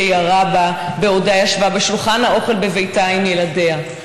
שירה בה בעודה ישובה אל שולחן האוכל בביתה עם ילדיה,